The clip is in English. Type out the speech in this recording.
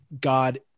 God